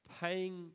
paying